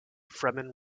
fremen